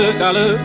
dollar